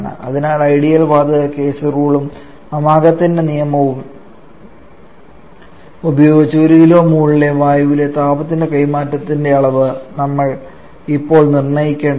അതിനാൽ ഐഡിയൽ വാതക കേസ് റൂളും അമാഗത്തിന്റെ നിയമവും ഉപയോഗിച്ച് ഒരു കിലോ മോളിലെ വായുവിലെ താപ കൈമാറ്റത്തിന്റെ അളവ് നമ്മൾ ഇപ്പോൾ നിർണ്ണയിക്കേണ്ടതുണ്ട്